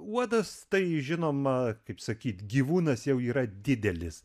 uodas tai žinoma kaip sakyt gyvūnas jau yra didelis